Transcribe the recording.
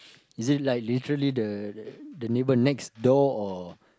is it like literally the the neighbour next door or